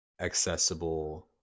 accessible